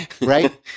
right